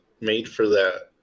made-for-that